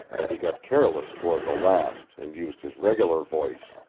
and he got careless toward the last and used his regular voice.